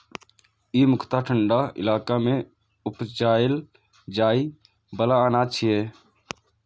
ई मुख्यतः ठंढा इलाका मे उपजाएल जाइ बला अनाज छियै